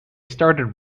started